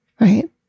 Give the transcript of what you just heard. right